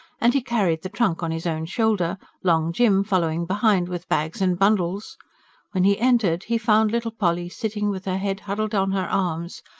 and he carried the trunk on his own shoulder, long jim following behind with bags and bundles when he entered, he found little polly sitting with her head huddled on her arms,